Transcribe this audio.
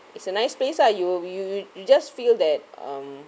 it's a nice place ah you you you you just feel that um